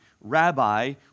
Rabbi